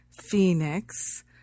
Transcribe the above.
Phoenix